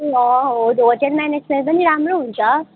होटे hotel management पनि राम्रो हुन्छ